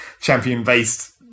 champion-based